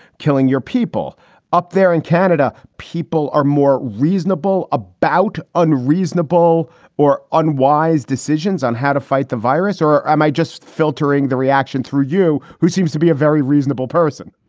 killing your people up there in canada. people are more reasonable about unreasonable or unwise decisions on how to fight the virus. or am i just filtering the reaction through you who seems to be a very reasonable person?